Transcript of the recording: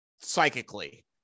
psychically